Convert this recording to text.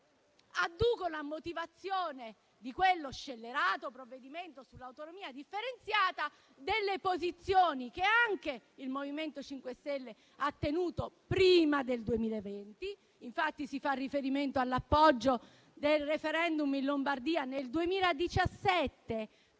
adducono a motivazione di quello scellerato provvedimento sull'autonomia differenziata talune posizioni che anche il MoVimento 5 Stelle ha tenuto prima del 2020. Infatti, si fa riferimento all'appoggio del *referendum* in Lombardia nel 2017,